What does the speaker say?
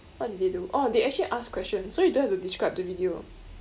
what did they do oh they actually ask questions so you don't have to describe the video